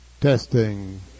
Testing